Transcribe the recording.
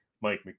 Mike